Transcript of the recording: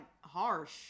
harsh